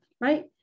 right